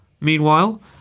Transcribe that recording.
Meanwhile